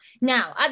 Now